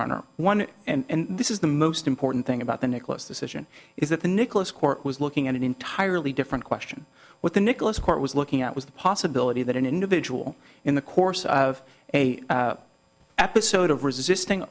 your honor one and this is the most important thing about the nicholas decision is that the nicholas court was looking at an entirely different question what the nicholas court was looking at was the possibility that an individual in the course of a episode of resisting